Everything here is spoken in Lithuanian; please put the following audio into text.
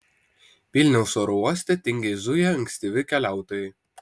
vilniaus oro uoste tingiai zuja ankstyvi keliautojai